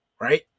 right